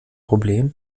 problem